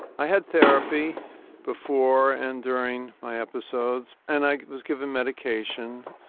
i had therapy before and during my episodes and i was given medication.